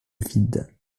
vide